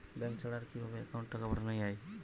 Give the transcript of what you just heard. Bank ছাড়া আর কিভাবে একাউন্টে টাকা পাঠানো য়ায়?